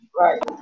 Right